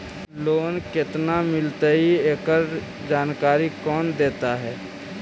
Loan केत्ना मिलतई एकड़ जानकारी कौन देता है?